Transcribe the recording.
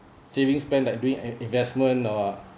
savings plan like doing an investment uh